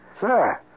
Sir